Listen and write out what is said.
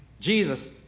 Jesus